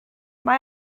mae